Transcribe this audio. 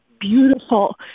beautiful